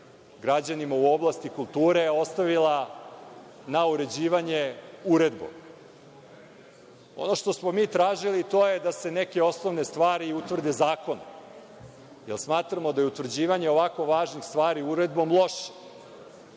građanima u oblasti kulture ostavila na uređivanje uredbom. Ono što smo mi tražili, to je da se neke osnovne stvari utvrde zakonom, jer smatramo da je utvrđivanje ovako važnih stvari uredbom loše,